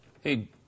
Hey